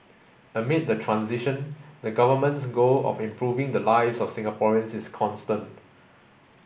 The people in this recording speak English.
amid the transition the Government's goal of improving the lives of Singaporeans is constant